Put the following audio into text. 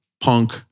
punk